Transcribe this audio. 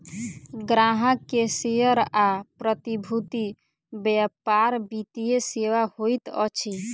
ग्राहक के शेयर आ प्रतिभूति व्यापार वित्तीय सेवा होइत अछि